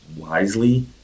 wisely